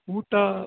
ಊಟಾ